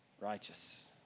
righteous